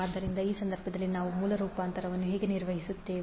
ಆದ್ದರಿಂದ ಈ ಸಂದರ್ಭದಲ್ಲಿ ನಾವು ಮೂಲ ರೂಪಾಂತರವನ್ನು ಹೇಗೆ ನಿರ್ವಹಿಸುತ್ತೇವೆ